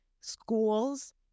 schools